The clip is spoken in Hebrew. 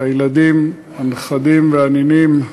הילדים, הנכדים והנינים,